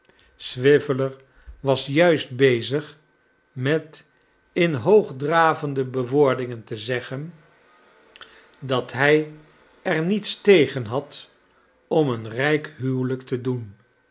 swiveller was juist bezig met in hoogdravende bewoordingen te zeggen dat hij er niets tegen had om een rijk huwelijk te doen